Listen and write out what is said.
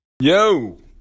Yo